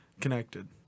connected